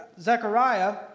Zechariah